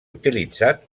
utilitzat